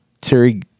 Terry